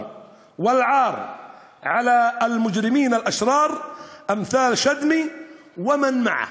הרס ובושה לפושעים הרשעים מהסוג של שדמי ומי שאִתו.)